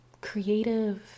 creative